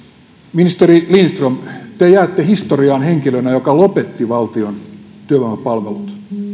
ministeri lindström te jäätte historiaan henkilönä joka lopetti valtion työvoimapalvelut